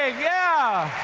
ah yeah.